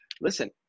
listen